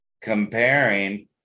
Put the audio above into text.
comparing